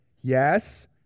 Yes